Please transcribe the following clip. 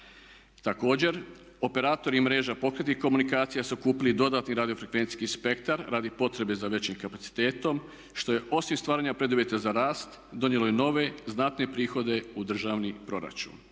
Također, operatori mreža pokretnih komunikacija su kupili i dodatni radiofrenvecijski spektar radi potrebe za većim kapacitetom što je osim stvaranja preduvjeta za rast donijelo i nove znatne prihode u državni proračun.